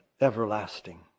everlasting